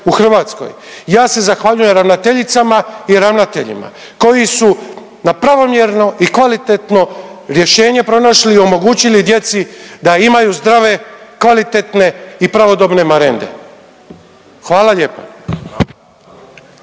u Hrvatskoj, ja se zahvaljujem ravnateljicama i ravnateljima koji su na pravomjerno i kvalitetno rješenje pronašli i omogućili djeci da imaju zdrave, kvalitetne i pravodobne marende. Hvala lijepa.